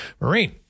Marine